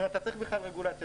אם אתה צריך בכלל רגולציה.